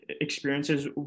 experiences